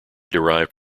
derived